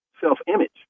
self-image